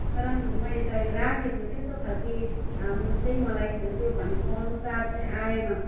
तर पनि मैले तर त्यो राखेँ त्यो त्यस्तो खालेके चाहिँ मलाई त्यो भनेको अनुसार चाहिँ आएन